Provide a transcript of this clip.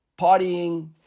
partying